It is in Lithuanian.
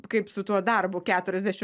kaip su tuo darbu keturiasdešimt